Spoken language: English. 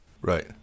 Right